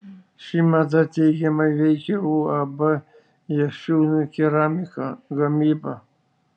ši mada teigiamai veikia uab jašiūnų keramika gamybą